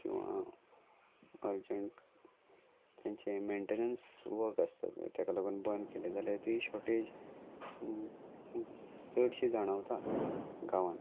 किंवा अर्जंट तेंचे maintenance work आसता तेका लागून बंद केलें जाल्यार ती शॉर्टेज चडशी जाणावता गांवांत